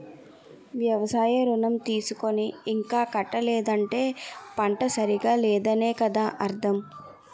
వ్యవసాయ ఋణం తీసుకుని ఇంకా కట్టలేదంటే పంట సరిగా లేదనే కదా అర్థం